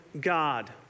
God